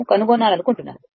ను కనుగొనాలనుకుంటున్నారు